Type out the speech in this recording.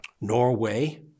Norway